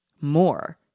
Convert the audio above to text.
more